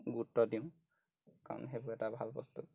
গুৰুত্ব দিওঁ কাৰণ সেইবোৰ এটা ভাল বস্তু